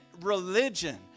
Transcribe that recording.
religion